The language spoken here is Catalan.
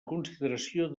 consideració